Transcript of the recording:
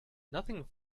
nothing